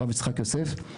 הרב יצחק יוסף,